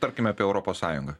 tarkime apie europos sąjungą